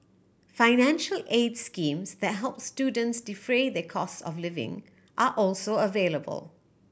financial aid schemes that help students defray their cost of living are also available